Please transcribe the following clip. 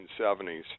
1970s